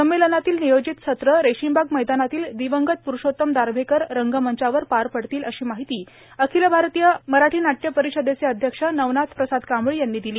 संमेलनातील नियोजित सत्रं रेशिमबाग मैदानातील दिवंगत पुरूषोत्तम दारव्हेकर रंगमंचावर पार पडतील अशी माहिती अखिल भारतीय अखिल भारतीय मराठी नाट्य परिषदेचे अध्यक्ष नवनाथ प्रसाद कांबळी यांनी दिली